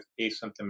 asymptomatic